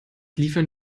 liefern